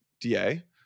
DA